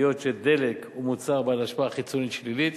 היות שדלק הוא מוצר בעל השפעות חיצוניות שליליות,